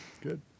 Good